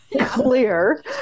clear